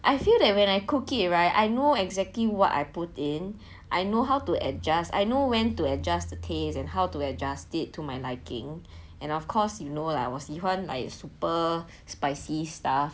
I feel that when I cook it right I know exactly what I put in I know how to adjust I know when to adjust the taste and how to adjust it to my liking and of course you know lah 我喜欢 like super spicy stuff